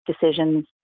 decisions